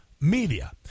media